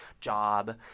job